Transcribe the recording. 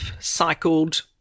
cycled